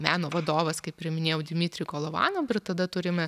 meno vadovas kaip ir minėjau dimitrij golovanov ir tada turime